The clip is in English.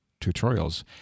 tutorials